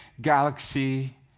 galaxy